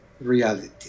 reality